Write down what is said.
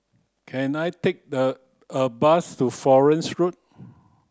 can I take the a bus to Florence Road